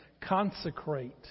consecrate